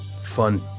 fun